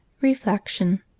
Reflection